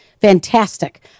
Fantastic